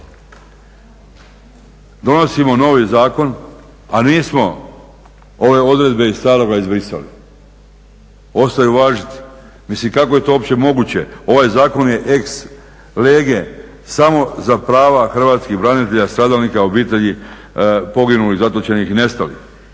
Donosimo novi zakon a nismo ove odredbe iz staroga izbrisali, ostaju važiti. Mislim kako je to uopće moguće? Ovaj zakon je ex lege samo za prava hrvatskih branitelja stradalnika obitelji poginulih, zatočenih i nestalih.